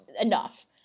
enough